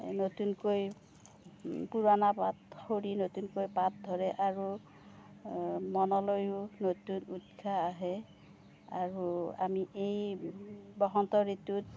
নতুনকৈ পুৰণা পাত সৰি নতুনকৈ পাত ধৰে আৰু মনলৈও নতুন উৎসাহ আহে আৰু আমি এই বসন্ত ঋতুত